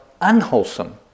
unwholesome